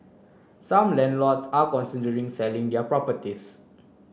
some landlords are considering selling their properties